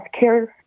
healthcare